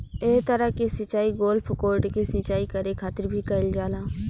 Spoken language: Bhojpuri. एह तरह के सिचाई गोल्फ कोर्ट के सिंचाई करे खातिर भी कईल जाला